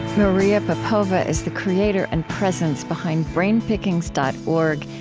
maria popova is the creator and presence behind brainpickings dot org.